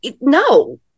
no